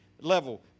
level